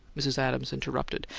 mrs. adams interrupted,